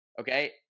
okay